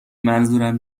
منظورم